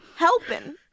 helping